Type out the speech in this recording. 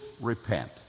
repent